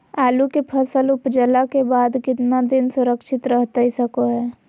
आलू के फसल उपजला के बाद कितना दिन सुरक्षित रहतई सको हय?